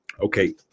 Okay